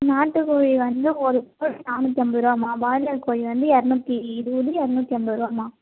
நாட்டு கோழி வந்து ஒரு கிலோ நானூற்று ஐம்பது ருபாம்மா பாய்லர் கோழி வந்து இரநூத்தி இருபது இரநூத்தி ஐம்பது ருபாம்மா